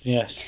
Yes